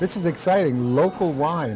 this is exciting local y